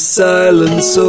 silence